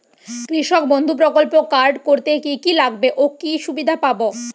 কৃষক বন্ধু প্রকল্প কার্ড করতে কি কি লাগবে ও কি সুবিধা পাব?